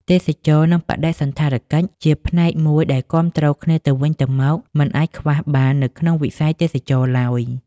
ទេសចរណ៍និងបដិសណ្ឋារកិច្ចជាផ្នែកមួយដែលគាំទ្រគ្នាទៅវិញទៅមកមិនអាចខ្វះបាននៅក្នុងវិស័យទេសចរណ៍ទ្បើយ។